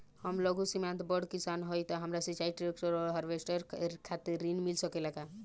हम लघु सीमांत बड़ किसान हईं त हमरा सिंचाई ट्रेक्टर और हार्वेस्टर खातिर ऋण मिल सकेला का?